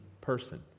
person